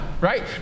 right